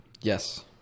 Yes